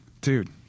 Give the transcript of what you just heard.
dude